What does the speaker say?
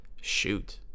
Shoot